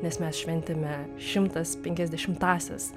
nes mes šventėme šimtas penkiasdešimtąsias